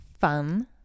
fun